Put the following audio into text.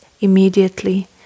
immediately